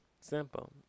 Simple